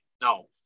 no